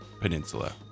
peninsula